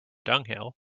dunghill